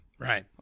Right